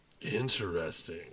Interesting